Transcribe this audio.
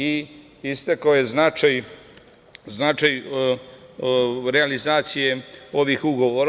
Istakao je značaj realizacije ovih ugovora.